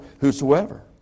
whosoever